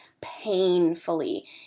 painfully